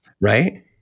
Right